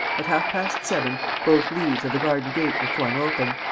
at half-past seven both leaves of the garden-gate were flung open,